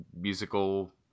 musical